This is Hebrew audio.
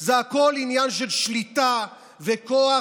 זה הכול עניין של שליטה וכוח,